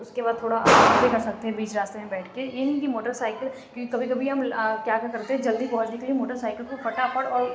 اُس کے بعد تھوڑا آرام بھی کر سکتے ہیں بیچ راستے میں بیٹھ کے یہ نہیں کہ موٹر سائیکل کہ کبھی کبھی ہم آ کیا کیا کرتے ہیں جلدی پہنچنے کے لیے موٹر سائیکل کو فٹافٹ اور